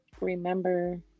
remember